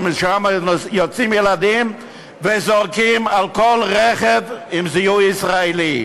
שמשם יוצאים ילדים וזורקים על כל רכב עם לוח זיהוי ישראלי.